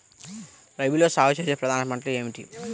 రబీలో సాగు చేసే ప్రధాన పంటలు ఏమిటి?